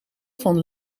van